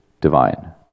divine